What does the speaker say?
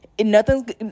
nothing's